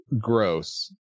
gross